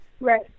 Right